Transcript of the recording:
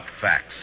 facts